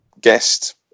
guest